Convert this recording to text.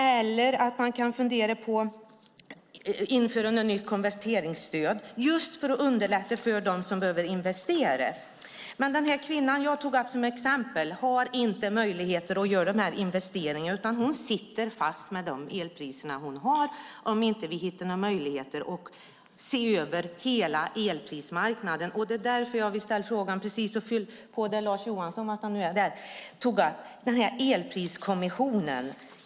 Eller så kan man fundera på att införa ett nytt konverteringsstöd, just för att underlätta för dem som behöver investera. Men den kvinna som jag tog upp som exempel har inte möjligheter att göra de här investeringarna, utan hon sitter fast med de elpriser hon har, om vi inte hittar några möjligheter att se över hela elprismarknaden. Det är därför jag vill fylla på när det gäller det som Lars Johansson tog upp, nämligen elpriskommissionen.